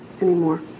anymore